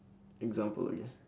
example okay